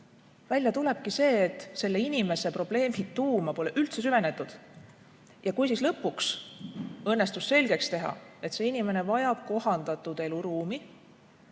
välja tulebki see, et selle inimese probleemi tuuma pole üldse süvenetud. Ja kui lõpuks õnnestus selgeks teha, et see inimene vajab kohandatud eluruumi,